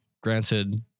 granted